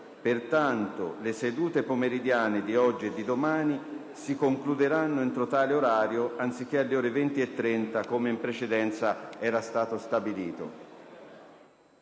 Pertanto, le sedute pomeridiane di oggi e domani si concluderanno entro tale orario, anziche´ alle ore 20,30, come in precedenza era stato stabilito.